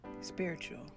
Spiritual